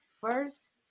first